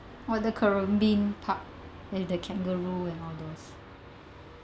oh the currumbin park with kangaroo and all those